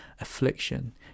affliction